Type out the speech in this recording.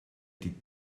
die